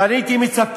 ואני הייתי מצפה,